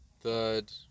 Third